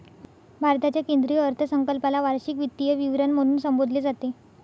भारताच्या केंद्रीय अर्थसंकल्पाला वार्षिक वित्तीय विवरण म्हणून संबोधले जाते